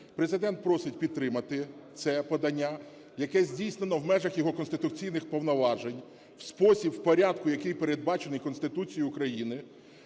Президент просить підтримати це подання, яке здійснено в межах його конституційних повноважень, в спосіб і в порядку, який передбачений Конституцією України,